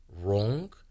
wrong